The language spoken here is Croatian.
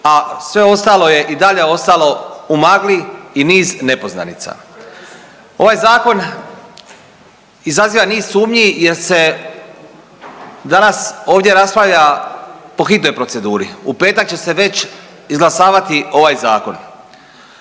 a sve ostalo je i dalje ostalo u magli i niz nepoznanica. Ovaj zakon izaziva niz sumnji jer se danas ovdje raspravlja po hitnoj proceduri, u petak će se već izglasavati ovaj zakon.